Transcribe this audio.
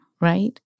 right